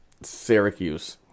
Syracuse